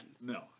No